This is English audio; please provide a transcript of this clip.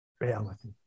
reality